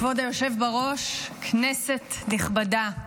כבוד היושב בראש, כנסת נכבדה,